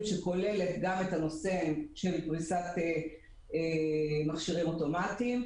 שכוללת גם את הנושא של פריסת מכשירים אוטומטיים,